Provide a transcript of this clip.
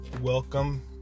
welcome